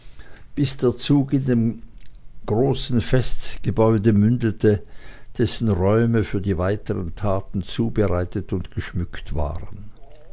bis der zug in dem großen festgebäude mündete dessen räume für die weiteren taten zubereitet und geschmückt waren